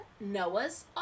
Noah's